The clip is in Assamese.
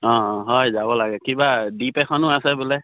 অঁ হয় যাব লাগে কিবা দ্ৱীপ এখনো আছে বোলে